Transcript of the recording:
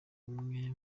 umwe